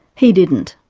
he didn't.